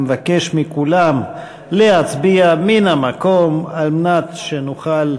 אני מבקש מכולם להצביע מן המקום על מנת שנוכל